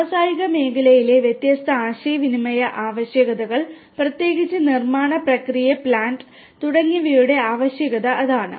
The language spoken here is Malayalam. വ്യാവസായിക മേഖലയിലെ വ്യത്യസ്ത ആശയവിനിമയ ആവശ്യകതകൾ പ്രത്യേകിച്ച് നിർമ്മാണ പ്രക്രിയ പ്ലാന്റ് തുടങ്ങിയവയുടെ ആവശ്യകത അതാണ്